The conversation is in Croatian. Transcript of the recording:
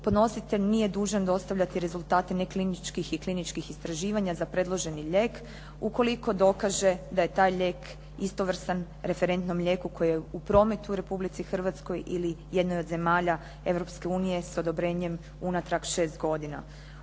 podnositelj nije dužan dostavljati rezultate nekliničkih i kliničkih istraživanja za predloženi lijek ukoliko dokaže da je taj lijek istovrstan referentnom lijeku koji je u prometu u Republici Hrvatskoj ili jednoj od zemalja Europske unije sa odobrenjem unatrag 6 godina.